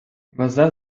везе